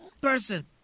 person